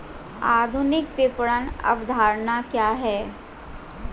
आधुनिक विपणन अवधारणा क्या है?